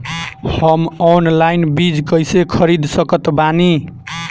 हम ऑनलाइन बीज कइसे खरीद सकत बानी?